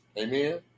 Amen